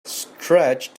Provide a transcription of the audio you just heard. stretch